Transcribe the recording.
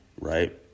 right